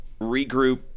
regroup